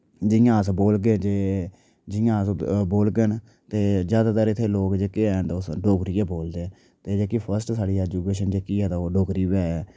जियां अस बोलगे जे जियां अस बोल्गन ते जैदातर इत्थै लोक जेह्के हैन ते उस डोगरी गै बोलदे ते जेह्की फर्स्ट साढ़ी एजुकेशन जेह्की ऐ ते ओह् डोगरी गै ऐ